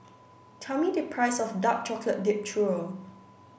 tell me the price of Dark Chocolate Dipped Churro